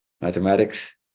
mathematics